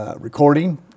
recording